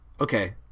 Okay